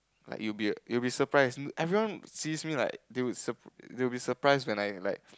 like you be you be surprised everyone sees me like you you be surprised when I like